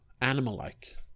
animal-like